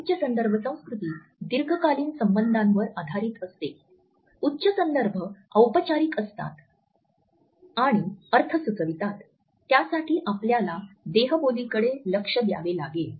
उच्च संदर्भ संस्कृती दीर्घकालीन संबंधांवर आधारित असते उच्च संदर्भ औपचारिक असतात आहे आणि अर्थ सुचवितात त्यासाठी आपल्याला देहबोलीकडे लक्ष द्यावे लागेल